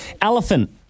elephant